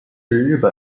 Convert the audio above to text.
日本